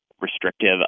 restrictive